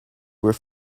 were